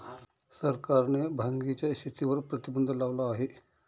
सरकारने भांगेच्या शेतीवर प्रतिबंध लावला आहे